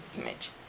image